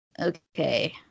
Okay